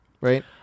Right